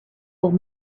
old